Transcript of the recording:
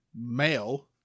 male